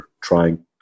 trying